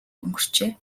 өнгөрчээ